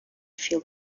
feel